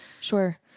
Sure